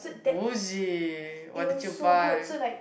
bougie what did you buy